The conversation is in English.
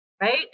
right